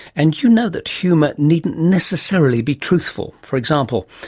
and you know that humour needn't necessarily be truthful. for example,